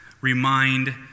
remind